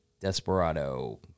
Desperado